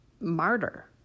martyr